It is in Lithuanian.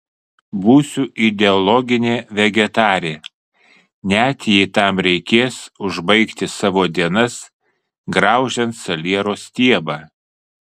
būsiu ideologinė vegetarė net jei tam reikės užbaigti savo dienas graužiant saliero stiebą